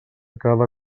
cada